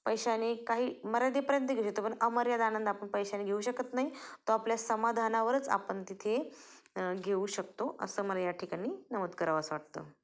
पैशाने काही मर्यादेपर्यंत घेऊ शकतो पण अमर्याद आनंद आपण पैशाने घेऊ शकत नाही तो आपल्या समाधानावरच आपण तिथे घेऊ शकतो असं मला या ठिकाणी नमूद करावंसं वाटतं